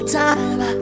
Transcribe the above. time